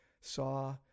saw